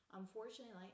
unfortunately